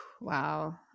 wow